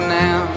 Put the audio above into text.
now